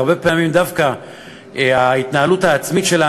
והרבה פעמים דווקא ההתנהלות העצמית של האנשים,